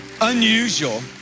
Unusual